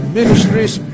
Ministries